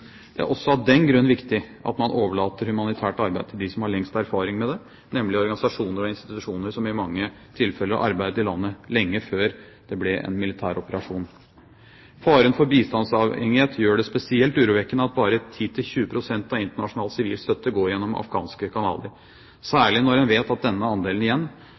Det er også av den grunn viktig at man overlater humanitært arbeid til dem som har lengst erfaring med det, nemlig organisasjoner og institusjoner som i mange tilfeller har arbeidet i landet lenge før det ble en militær operasjon. Faren for bistandsavhengighet gjør det spesielt urovekkende at bare 10–20 pst. av internasjonal sivil støtte går gjennom afghanske kanaler, særlig når en vet at det av denne andelen